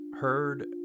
heard